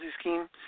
scheme